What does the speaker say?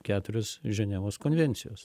keturios ženevos konvencijos